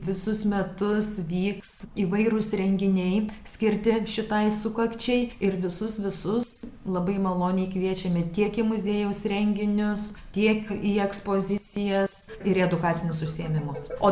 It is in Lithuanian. visus metus vyks įvairūs renginiai skirti šitai sukakčiai ir visus visus labai maloniai kviečiame tiek į muziejaus renginius tiek į ekspozicijas ir edukacinius užsiėmimus o